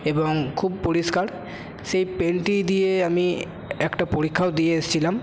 এবং খুব পরিষ্কার সেই পেনটি দিয়ে আমি একটা পরীক্ষায় দিয়ে এসেছিলাম